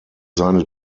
seine